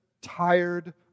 tired